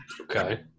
Okay